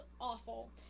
awful